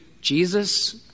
Jesus